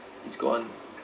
it's gone